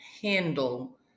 handle